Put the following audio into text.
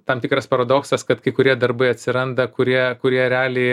tam tikras paradoksas kad kai kurie darbai atsiranda kurie kurie realiai